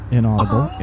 Inaudible